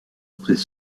après